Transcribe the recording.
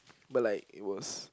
but like it was